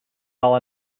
while